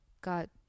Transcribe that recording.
got